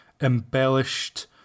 embellished